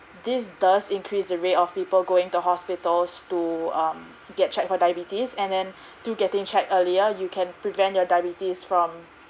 this does increase the rate of people going to hospitals to um get checked for diabetes and then through getting checked earlier you can prevent your diabetes from